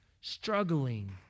struggling